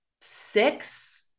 six